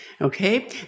Okay